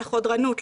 לחודרנות,